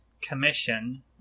commission